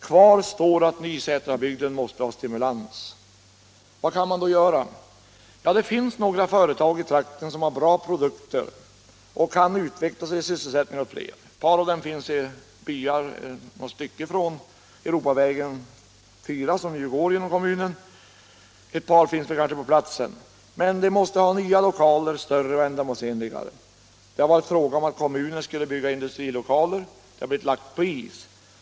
Kvar står att Nysätrabygden måste ha stimulans. Vad kan man då göra? Ja, det finns några företag i trakten som har bra produkter och som kan utveckla sin sysselsättning. Ett par av dem finns i byar ett stycke från Europaväg 4, som går genom kommunen, och ett par finns på platsen. Men de måste ha nya, större och mera ändamålsenliga lokaler. Det har varit fråga om att kommunen skulle bygga industrilokaler, men det har lagts på is.